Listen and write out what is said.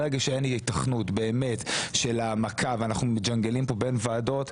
ברגע שאין היתכנות באמת של העמקה ואנחנו מג'נגלים פה בין ועדות,